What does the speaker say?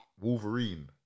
Wolverine